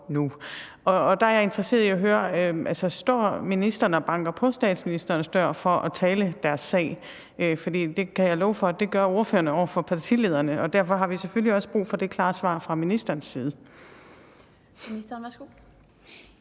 der er jeg interesseret i at høre, om ministeren står og banker på statsministerens dør for at tale deres sag. Det kan jeg love for at ordførerne gør over for partilederne, og derfor har vi selvfølgelig også brug for det klare svar fra ministerens side.